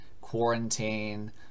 quarantine